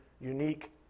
unique